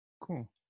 cool